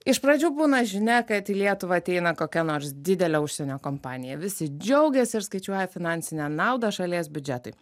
iš pradžių būna žinia kad į lietuvą ateina kokia nors didelė užsienio kompanija visi džiaugiasi ir skaičiuoja finansinę naudą šalies biudžetui